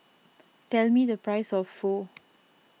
tell me the price of Pho